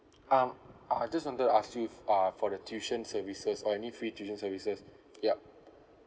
um I just wanted to ask you f~ uh for the tuition services or any free tuition services yup